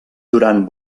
durant